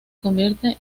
convierte